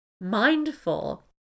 Mindful